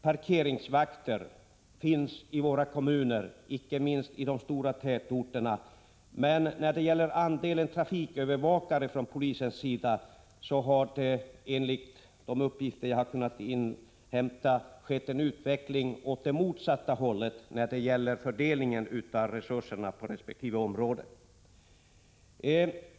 Parkeringsvakterna blir allt fler, inte minst i de stora tätorterna, men enligt de uppgifter jag har kunnat inhämta har det inom polisen skett en utveckling åt det motsatta hållet när det gäller fördelningen av resurser på resp. områden.